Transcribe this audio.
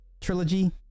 trilogy